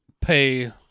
Pay